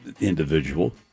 individual